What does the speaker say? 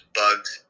bugs